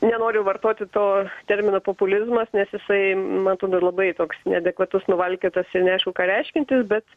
nenoriu vartoti to termino populizmas nes jisai man atrodo labai toks neadekvatus nuvalkiotas ir neaišku ką reiškiantis bet